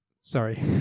Sorry